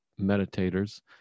meditators